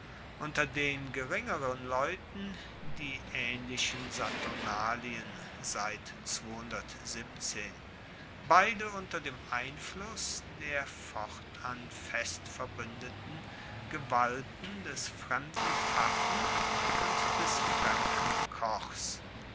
unter den geringeren leuten die aehnlichen saturnalien beide unter dem einfluss der fortan festverbuendeten gewalten des fremden pfaffen und des fremden kochs